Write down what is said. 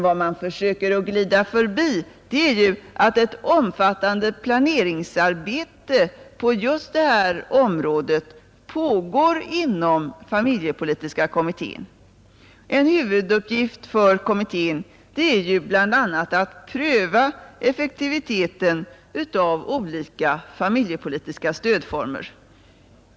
Vad man försöker glida förbi är att ett omfattande planeringsarbete på just detta område för närvarande pågår inom familjepolitiska kommittén. En huvuduppgift för kommittén är bl.a. att pröva effektiviteten av olika familjepolitiska stödformer.